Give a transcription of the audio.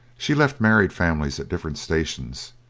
she left married families at different stations,